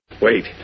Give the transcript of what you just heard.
Wait